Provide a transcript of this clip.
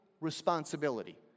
responsibility